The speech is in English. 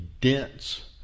dense